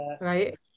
right